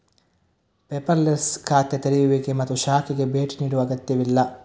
paperless ಖಾತೆ ತೆರೆಯುವಿಕೆ ಮತ್ತು ಶಾಖೆಗೆ ಭೇಟಿ ನೀಡುವ ಅಗತ್ಯವಿಲ್ಲ